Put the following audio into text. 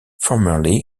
formerly